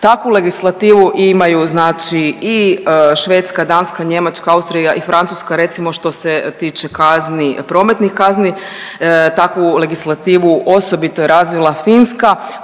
Takvu legislativu imaju znači i Švedska, Danska, Njemačka, Austrija i Francuska recimo što se tiče kazni, prometnih kazni. Takvu legislativu osobito je razvila Finska,